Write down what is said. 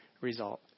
result